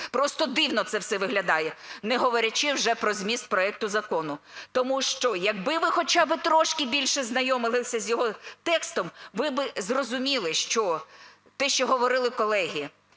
Просто дивно це все виглядає, не говорячи вже про зміст проекту закону. Тому що, якби ви хоча би трошки більш ознайомились з його текстом, ви би зрозуміли, що, те, що говорили колеги: